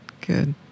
good